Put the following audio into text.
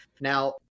Now